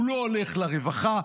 לא הולך לרווחה,